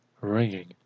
ringing